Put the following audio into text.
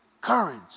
Courage